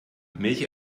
milch